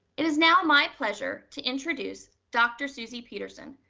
it is now my pleasure to introduce dr. susy peterson,